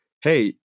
hey